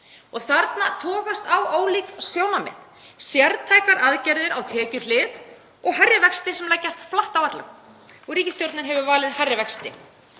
Þarna togast á ólík sjónarmið; sértækar aðgerðir á tekjuhlið og hærri vextir sem leggjast flatt á alla. Ríkisstjórnin hefur valið hærri vexti.